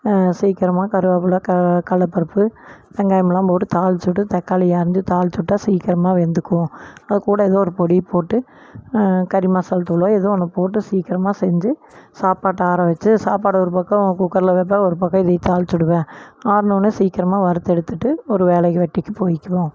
சீக்கிரமா கருவேப்பில்லை க கடலப்பருப்பு வெங்காயம்லாம் போட்டு தாளிச்சிவிட்டு தாக்களியை அரிஞ்சு தாளிச்சிவிட்டா சீக்கிரமா வெந்துக்கும் அதுக்கூட ஏதோ ஒரு பொடியை போட்டு கறிமசாலா தூளோ ஏதோ ஒன்று போட்டு சீக்கிரமாக செஞ்சு சாப்பாட்டை ஆறவச்சி சாப்பாடு ஒரு பக்கம் குக்கர்ல வெந்தால் ஒருபக்கம் இதையே தாளிச்சிவிடுவேன் ஆறினோன்ன சீக்கரமாக வறுத்தெடுத்துட்டு ஒரு வேலை வெட்டிக்கு போய்க்குவோம்